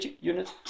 unit